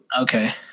Okay